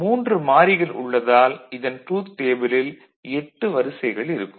3 மாறிகள் உள்ளதால் இதன் ட்ரூத் டேபிளில் 8 வரிசைகள் இருக்கும்